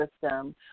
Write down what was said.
system